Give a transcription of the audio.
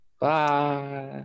Bye